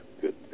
good